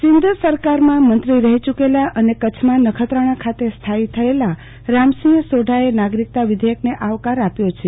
સિંધ સરકારમાં મંત્રી રહી ચકેલા અને કચ્છમાં નખત્રાણા ખાતે સ્થાયો થયેલા રામસિંહ સોઢાઅ નાગરિકતા વિધેયકને આવકાર આપ્યો છે